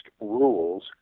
rules